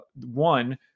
one